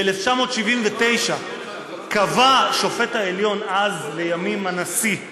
ב-1979 קבע השופט העליון אז, לימים הנשיא,